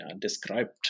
described